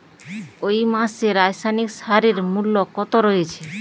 এই মাসে রাসায়নিক সারের মূল্য কত রয়েছে?